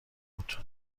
بود